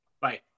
bye